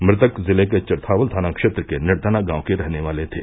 मृतक जिले के चरथावल थाना क्षेत्र के निखना गांव के रहने वाले थे